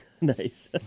Nice